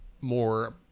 more